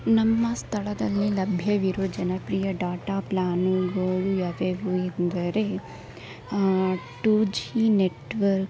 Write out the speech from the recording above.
ನಮ್ಮ ಸ್ಥಳದಲ್ಲೇ ಲಭ್ಯವಿರುವ ಜನಪ್ರಿಯ ಡಾಟಾ ಪ್ಲಾನುಗಳು ಯಾವ್ಯಾವು ಎಂದರೆ ಟೂ ಜಿ ನೆಟ್ವರ್ಕ್